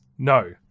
No